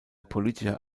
politischer